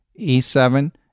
e7